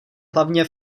hlavně